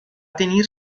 tenir